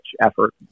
effort